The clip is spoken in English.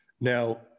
Now